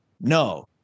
No